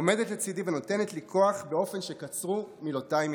העומדת לצידי ונותנת לי כוח באופן שקצרו מילותיי מלתאר.